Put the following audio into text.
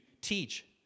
teach